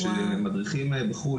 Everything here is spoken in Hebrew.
שלמדריכים בחו"ל,